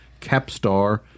Capstar